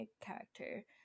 character